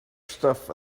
stuff